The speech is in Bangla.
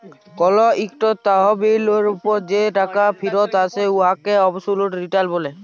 কল ইকট তহবিলের উপর যে শেষ টাকা ফিরত আসে উটকে অবসলুট রিটার্ল ব্যলে